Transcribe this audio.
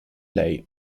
lei